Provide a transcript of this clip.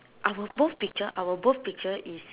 our both picture our both picture is